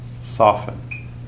soften